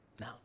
No